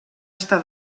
estar